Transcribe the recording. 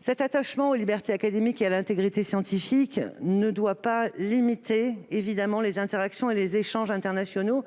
Cet attachement aux libertés académiques et à l'intégrité scientifique ne doit évidemment pas limiter les interactions et les échanges internationaux,